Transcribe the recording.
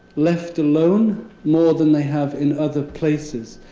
left alone more than they have in other places.